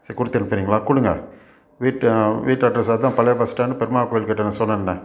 சரி கொடுத்தனுப்புறிங்களா கொடுங்க வீட்டு வீட்டு அட்ரஸ்ஸு அதுதான் பழைய பஸ் ஸ்டாண்டு பெருமாள் கோயில்கிட்ட நான் சொன்னேன்னே